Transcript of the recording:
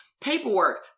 Paperwork